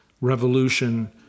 revolution